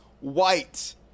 white